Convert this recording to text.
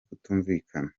kutumvikana